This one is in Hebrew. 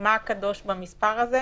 מה קדוש במספר הזה?